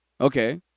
okay